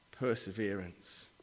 perseverance